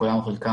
כולם או חלקם,